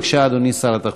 בבקשה, אדוני שר התחבורה.